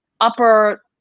upper